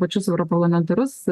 pačius europarlamentarus